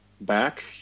back